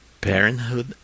Parenthood